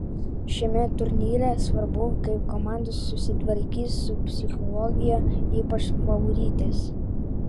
šiame turnyre svarbu kaip komandos susitvarkys su psichologija ypač favoritės